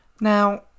Now